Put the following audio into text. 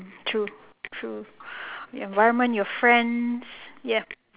true true environment your friends yup